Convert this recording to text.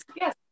Yes